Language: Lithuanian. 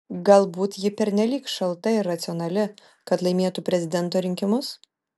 galbūt ji pernelyg šalta ir racionali kad laimėtų prezidento rinkimus